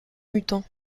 mutant